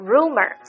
Rumor